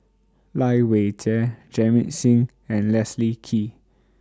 Lai Weijie Jamit Singh and Leslie Kee